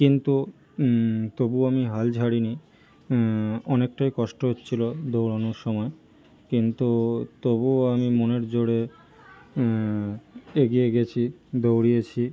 কিন্তু তবুও আমি হাল ছাড়িনি অনেকটাই কষ্ট হচ্ছিল দৌড়নোর সময় কিন্তু তবুও আমি মনের জোরে এগিয়ে গিয়েছি দৌড়েছি